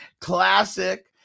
Classic